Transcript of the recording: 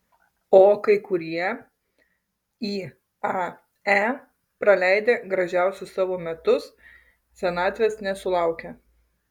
o kai kurie iae praleidę gražiausius savo metus senatvės nesulaukia